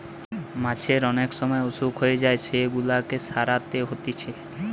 মাছের অনেক সময় অসুখ হয়ে যায় সেগুলাকে সারাতে হতিছে